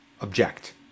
object